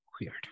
weird